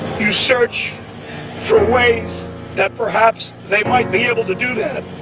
you search for ways that perhaps they might be able to do that,